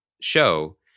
show